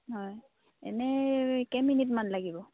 হয় এনেই কেইমিনিটমান লাগিব